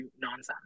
nonsense